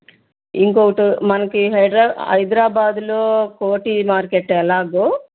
ఇంకొకటి మనకి హైడ్రా హైదరాబాదులో కోఠి మార్కెట్ ఎలాగో